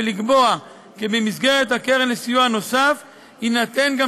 ולקבוע כי במסגרת הקרן לסיוע נוסף יינתן גם